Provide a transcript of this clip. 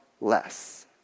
less